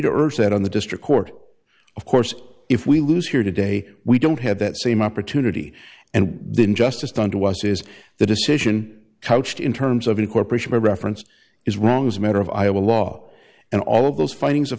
that on the district court of course if we lose here today we don't have that same opportunity and the injustice done to us is the decision couched in terms of incorporation by reference is wrong as a matter of iowa law and all of those findings